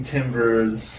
Timber's